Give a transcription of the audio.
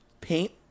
Paint